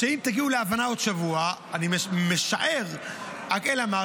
אם תגיעו להבנה עוד שבוע, אני משער, רק אלא מה?